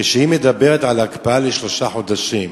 כשהיא מדברת על הקפאה לשלושה חודשים,